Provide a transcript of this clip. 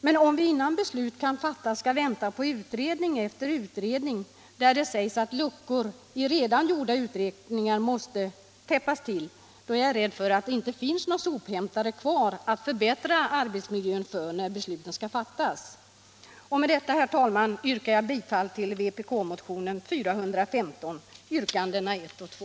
Men om vi innan beslut kan fattas skall vänta på utredning efter utredning, där det sägs att luckor i redan gjorda utredningar måste täppas till, är jag rädd för att det inte finns några sophämtare kvar att förbättra arbetsmiljön för, när besluten skall fattas. Med detta, herr talman, yrkar jag bifall till vpk-motionen 415, yrkandena 1 och 2.